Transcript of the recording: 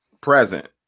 present